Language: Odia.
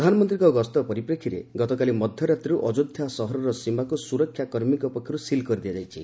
ପ୍ରଧାନମନ୍ତ୍ରୀଙ୍କ ଗସ୍ତ ପରିପ୍ରେକ୍ଷୀରେ ଗତକାଲି ମଧ୍ୟରାତ୍ରରୁ ଅଯୋଧ୍ୟା ସହରର ସୀମାକୁ ସୁରକ୍ଷା କର୍ମୀଙ୍କ ପକ୍ଷରୁ ସିଲ୍ କରିଦିଆଯାଇଛି